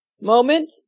Moment